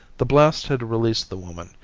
the blast had released the woman,